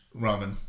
ramen